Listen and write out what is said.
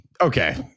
okay